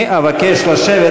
אני אבקש לשבת.